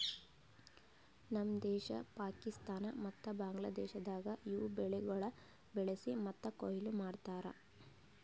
ನಮ್ ದೇಶ, ಪಾಕಿಸ್ತಾನ ಮತ್ತ ಬಾಂಗ್ಲಾದೇಶದಾಗ್ ಇವು ಬೆಳಿಗೊಳ್ ಬೆಳಿಸಿ ಮತ್ತ ಕೊಯ್ಲಿ ಮಾಡ್ತಾರ್